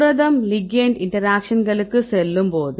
புரதம் லிகெெண்ட் இன்டராக்ஷன்களுக்குச் செல்லும்போது